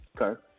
Okay